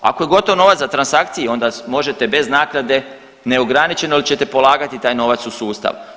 Ako je gotov novac za transakcije onda možete bez naknade neograničeno ili ćete polagati taj novac u sustav.